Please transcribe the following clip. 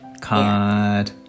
card